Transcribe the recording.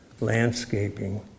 landscaping